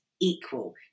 equal